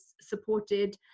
supported